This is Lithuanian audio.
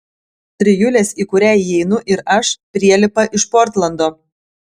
trijulės į kurią įeinu ir aš prielipa iš portlando